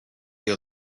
your